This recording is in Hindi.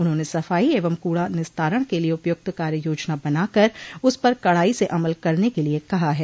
उन्होंने सफाई एवं कूड़ा निस्तारण के लिए उपयुक्त कार्ययोजना बनाकर उस पर कड़ाई से अमल करने के लिए कहा है